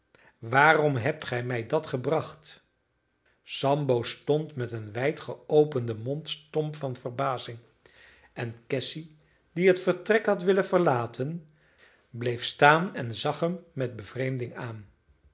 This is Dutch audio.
waarom hebt gij mij dat gebracht sambo stond met een wijd geopenden mond stom van verbazing en cassy die het vertrek had willen verlaten bleef staan en zag hem met bevreemding aan